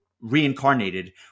reincarnated